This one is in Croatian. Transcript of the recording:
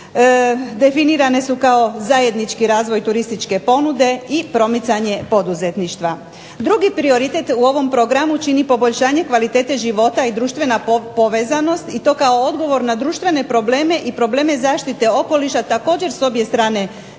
definirane su kao zajednički razvoj turističke ponude i promicanje poduzetništva. Drugi prioritet u ovom programu čini poboljšanje kvalitete života i društvena povezanost i to kao odgovor na društvene probleme i probleme zaštite okoliša također s obje strane